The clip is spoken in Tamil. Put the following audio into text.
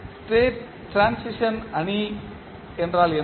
ஸ்டேட் ட்ரான்சிஷன் அணி என்றால் என்ன